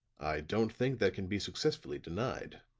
i don't think that can be successfully denied,